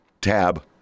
tab